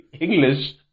English